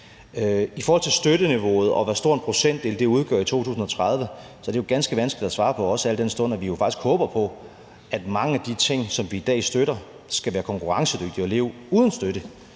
I forhold til støtteniveauet, og hvor stor en procentdel det udgør i 2030, er det jo ganske vanskeligt at svare, også al den stund at vi jo faktisk håber på, at mange af de ting, som vi i dag støtter, skal være konkurrencedygtige og leve uden støtte